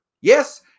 Yes